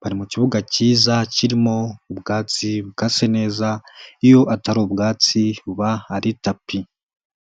Bari mu kibuga cyiza kirimo ubwatsi bukase neza, iyo atari ubwatsi buba ari tapi.